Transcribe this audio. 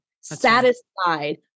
satisfied